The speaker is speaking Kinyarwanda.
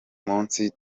munsi